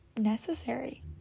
necessary